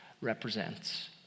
represents